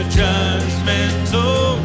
judgmental